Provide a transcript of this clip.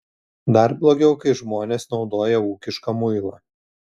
dar blogiau kai žmonės naudoja ūkišką muilą